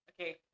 okay